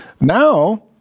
Now